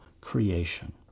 creation